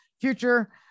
future